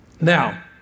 Now